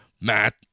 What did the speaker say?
Matt